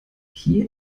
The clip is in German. hier